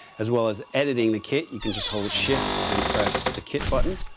as well as editing the kit, you can just hold shifts and press the kit button.